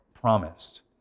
promised